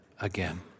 again